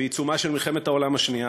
בעיצומה של מלחמת העולם השנייה,